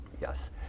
Yes